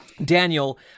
Daniel